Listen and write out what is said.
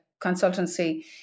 consultancy